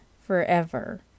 forever